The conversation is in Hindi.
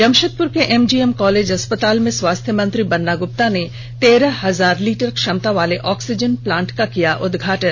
जमषेदपुर के एमजीएम कॉलेज अस्पताल में स्वास्थ्य मंत्री बन्ना गुप्ता ने तेरह हजार लीटर क्षमता वाले ऑक्सीजन प्लांट का किया उद्घाटन